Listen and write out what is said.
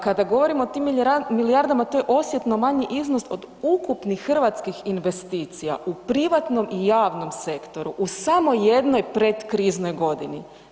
Kad govorimo o tim milijardama to je osjetno manji iznos od ukupnih hrvatskih investicija u privatnom i javnom sektoru u samo jednoj pretkriznoj godini.